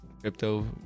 crypto